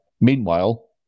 meanwhile